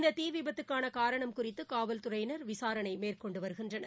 இந்த தீ விபத்துக்கான காரணம் குறித்து காவல்துறையினர் விசாரணை மேற்கொண்டு வருகின்றனர்